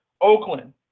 Oakland